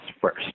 first